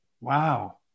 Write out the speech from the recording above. Wow